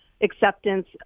acceptance